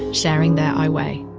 sharing their i weigh